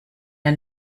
der